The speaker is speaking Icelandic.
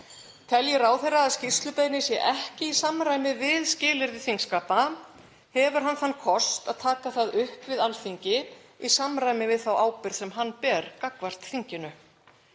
Telji ráðherra að skýrslubeiðni sé ekki í samræmi við skilyrði þingskapa hefur hann þann kost að taka það upp við Alþingi í samræmi við þá ábyrgð sem hann ber gagnvart þinginu.